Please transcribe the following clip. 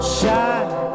shine